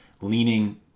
leaning